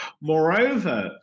Moreover